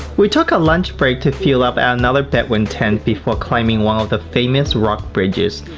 we took a lunch break to fuel up at another bedouin tent before climbing one of the famous rock bridges.